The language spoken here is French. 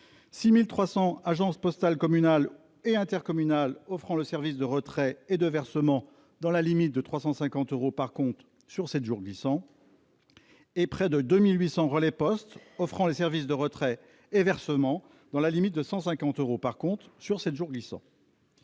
6 300 agences postales communales et intercommunales offrant les services de retrait et de versement dans la limite de 350 euros par compte sur sept jours glissants, et près de 2 800 Relais Poste offrant les services de retrait et versement dans la limite de 150 euros par compte sur sept jours glissants.